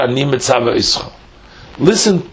Listen